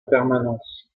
permanence